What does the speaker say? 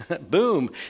Boom